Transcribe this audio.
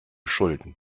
schulden